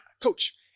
coach